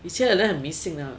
以前的人很迷信的